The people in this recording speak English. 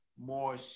more